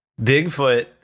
Bigfoot